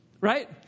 Right